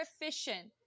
efficient